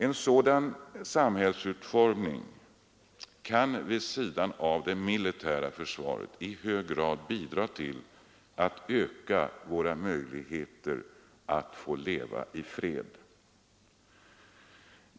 En sådan samhällsutformning kan vid sidan av det militära försvaret i hög grad bidra till att öka våra möjligheter att få leva i fred.